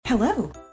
Hello